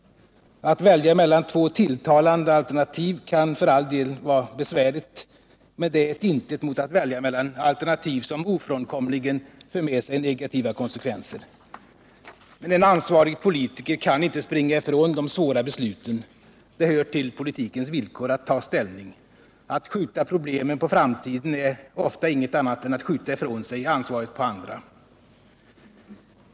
Att välja mellan två tilltalande alternativ kan för all del vara besvärligt, men det är ett intet mot att välja mellan alternativ som ofrånkomligen för med sig negativa konsekvenser. Men en ansvarig politiker kan inte springa ifrån de svåra besluten. Det hör till politikens villkor att ta ställning. Att skjuta problemen på framtiden är ofta inget annat än att skjuta ifrån sig ansvaret på andra.